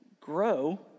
Grow